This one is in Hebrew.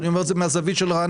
ואני אומר את זה מהזווית של רעננה,